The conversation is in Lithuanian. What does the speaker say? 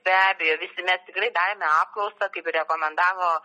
be abejo visi mes tikrai darėme apklausą kaip rekomendavo